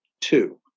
two